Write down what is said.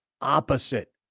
opposite